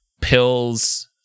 pills